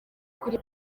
kuri